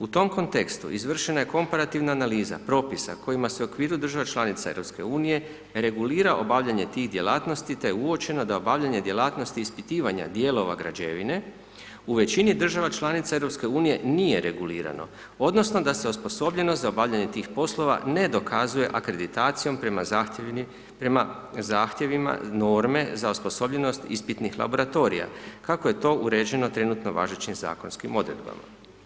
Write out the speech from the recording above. U tom kontekstu izvršena je komparativna analiza propisa kojima se u okviru država članica EU regulira obavljanje tih djelatnosti, te je uočeno da obavljanje djelatnosti ispitivanja dijelova građevine u većini država članica EU nije regulirano odnosno da se osposobljenost za obavljanje tih poslova ne dokazuje akreditacijom prema zahtjevima norme za osposobljenost ispitnih laboratorija, kako je to uređeno trenutno važećim zakonskim odredbama.